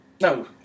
No